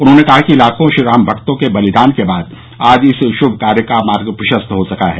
उन्हॉने कहा कि लाखों श्रीराम भक्तों के बलिदान के बाद आज इस शुभकार्य का मार्ग प्रशस्त हो सका है